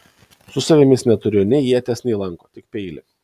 su savimi jis neturėjo nei ieties nei lanko tik peilį